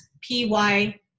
py